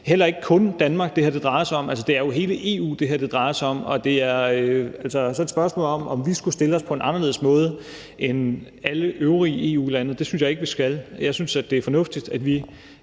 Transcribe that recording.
heller ikke kun Danmark, det her drejer sig om. Det er jo hele EU, det drejer sig om, og så er det spørgsmålet, om vi skulle stille os på en anderledes måde end alle øvrige EU-lande. Det synes jeg ikke vi skal. Jeg synes, det er fornuftigt, at vi